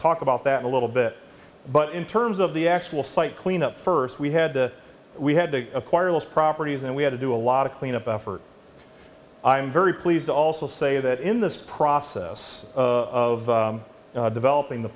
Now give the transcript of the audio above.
talk about that a little bit but in terms of the actual site cleanup first we had to we had to acquire properties and we had to do a lot of cleanup effort i'm very pleased to also say that in this process of developing the